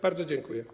Bardzo dziękuję.